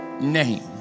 name